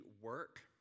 work